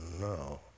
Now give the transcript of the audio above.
No